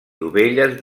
dovelles